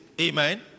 Amen